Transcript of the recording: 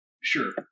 Sure